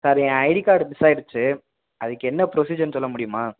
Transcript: sir என் ID card miss ஆயிடுச்சு அதுக்கு என்ன ப்ரொசீஜர்னு சொல்ல முடியுமா